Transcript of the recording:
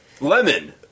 Lemon